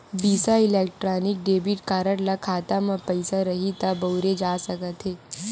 बिसा electronic debit card ल खाता म पइसा रइही त बउरे जा सकत हे